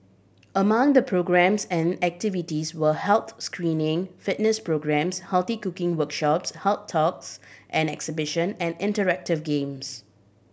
among the programmes and activities were health screening fitness programmes healthy cooking workshops health talks and exhibition and interactive games